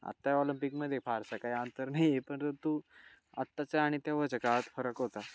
आत्ता ऑलंपिकमध्ये फारसा काही अंतर नाही आहे परंतु आत्ताच्या आणि तेव्हाच्या काळात फरक होता